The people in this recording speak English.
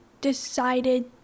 decided